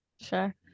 Sure